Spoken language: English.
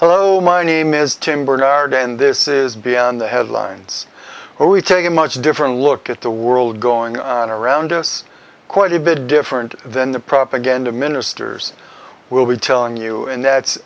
hello my name is tim barnard and this is beyond the headlines or we take a much different look at the world going on around us quite a bit different than the propaganda ministers will be telling you